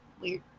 weird